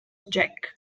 jack